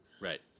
Right